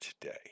today